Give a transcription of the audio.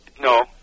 no